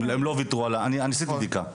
אני עשיתי בדיקה.